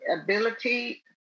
ability